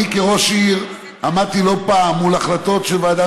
אני כראש עיר עמדתי לא פעם מול החלטות של ועדה